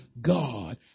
God